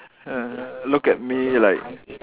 look at me like